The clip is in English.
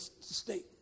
state